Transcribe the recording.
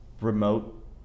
remote